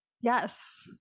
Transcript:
Yes